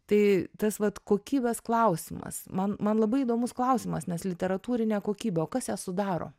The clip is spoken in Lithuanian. tai tas vat kokybės klausimas man man labai įdomus klausimas nes literatūrinė kokybė o kas ją sudaro